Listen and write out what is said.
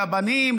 לבנים,